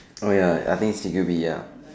oh ya I think C_Q_B ya